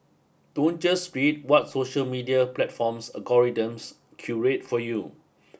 don't just read what social media platform's algorithms curate for you